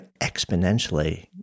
exponentially